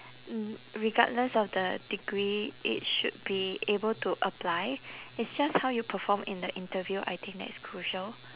r~ regardless of the degree it should be able to apply it's just how you perform in the interview I think that is crucial